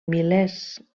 milers